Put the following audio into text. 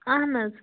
اَہَن حظ